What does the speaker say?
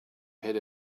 had